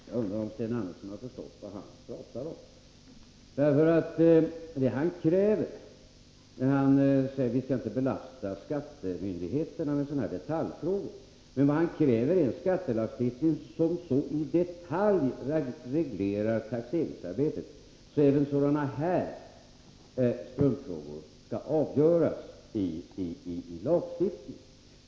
Herr talman! Jag undrar om Sten Andersson i Malmö förstår vad han talar om. Vad han kräver när han säger att vi inte skall belasta skattemyndigheterna med sådana här detaljfrågor är en skattelagstiftning som in i detalj reglerar taxeringsarbetet. Även sådana här struntfrågor skall alltså avgöras med hjälp av lagstiftningen.